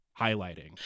highlighting